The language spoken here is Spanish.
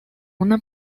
una